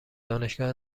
دانشگاه